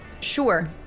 Sure